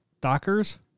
Dockers